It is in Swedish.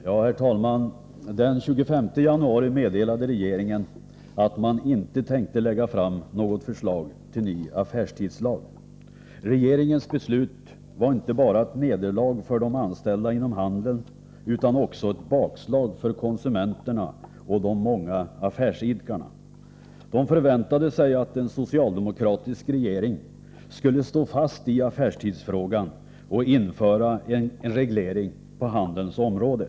Herr talman! Den 25 januari meddelade regeringen att man inte tänkte lägga fram något förslag till ny affärstidslag. Regeringens beslut var inte bara ett nederlag för de anställda inom handeln utan också ett bakslag för konsumenterna och de många affärsidkarna — de förväntade sig att en socialdemokratisk regering skulle stå fast i affärstidsfrågan och införa en reglering på handelns område.